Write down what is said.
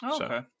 Okay